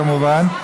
כמובן.